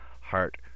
heart